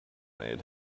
made